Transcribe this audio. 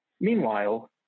Meanwhile